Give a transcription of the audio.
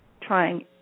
trying